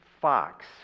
Fox